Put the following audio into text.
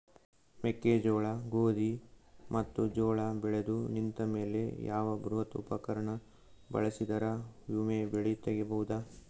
ಮೆಕ್ಕೆಜೋಳ, ಗೋಧಿ ಮತ್ತು ಜೋಳ ಬೆಳೆದು ನಿಂತ ಮೇಲೆ ಯಾವ ಬೃಹತ್ ಉಪಕರಣ ಬಳಸಿದರ ವೊಮೆ ಬೆಳಿ ತಗಿಬಹುದು?